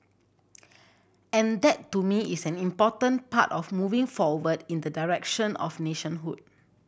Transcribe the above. and that to me is an important part of moving forward in the direction of nationhood